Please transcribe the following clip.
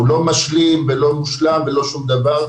הוא לא משלים ולא מושלם ולא שום דבר,